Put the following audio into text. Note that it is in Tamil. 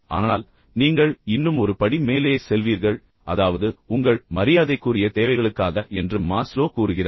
ஆனால் நீங்கள் இன்னும் ஒரு படி மேலே செல்வீர்கள் அதாவது உங்கள் மரியாதைக்குரிய தேவைகளுக்காக என்று மாஸ்லோ கூறுகிறார்